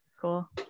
Cool